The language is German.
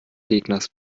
gegners